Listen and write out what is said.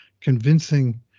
convincing